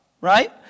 right